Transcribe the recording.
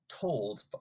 told